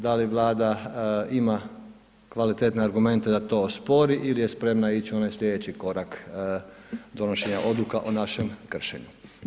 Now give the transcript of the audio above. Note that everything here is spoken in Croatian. Da li Vlada ima kvalitetne argumente da to ospori ili je spremna ići onaj sljedeći korak, donošenja odluka o našem kršenju?